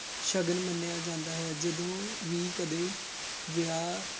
ਸ਼ਗਨ ਮੰਨਿਆ ਜਾਂਦਾ ਹੈ ਜਦੋਂ ਵੀ ਕਦੇ ਵਿਆਹ